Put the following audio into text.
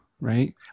right